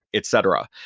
etc.